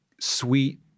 sweet